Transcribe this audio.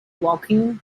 walking